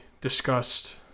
discussed